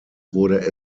wurde